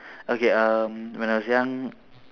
okay um when I was young